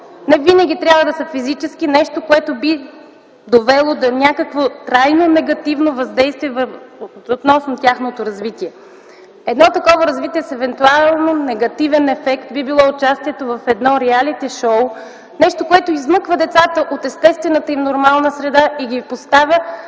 не винаги трябва да са физически, нещо, което би довело до някакво трайно негативно въздействие относно тяхното развитие. Едно такова развитие с евентуално негативен ефект би било участието в едно реалити шоу – нещо, което измъква децата от естествената им нормална среда и ги поставя